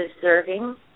deserving